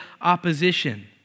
opposition